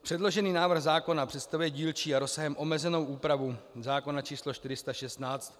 Předložený návrh zákona představuje dílčí a rozsahem omezenou úpravu zákona číslo 416.